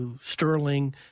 Sterling